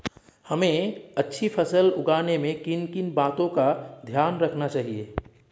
हमें अच्छी फसल उगाने में किन किन बातों का ध्यान रखना चाहिए?